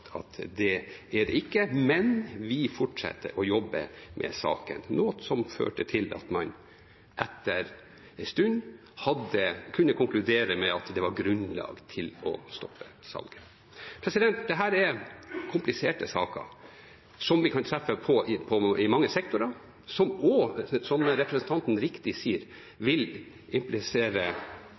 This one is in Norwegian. at det er det ikke. Men vi fortsetter å jobbe med saken nå, som førte til at man etter en stund kunne konkludere med at det var grunnlag for å stoppe salget. Dette er kompliserte saker som vi kan treffe på i mange sektorer, som også, som representanten riktig sier, vil implisere